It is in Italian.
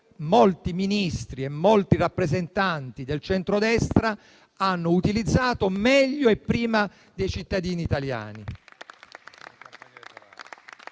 molti Ministri e molti rappresentanti del centrodestra hanno utilizzato meglio e prima dei cittadini italiani.